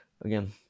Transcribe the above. Again